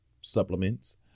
supplements